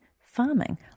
farming